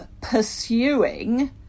pursuing